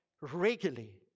regularly